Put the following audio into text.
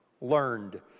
Learned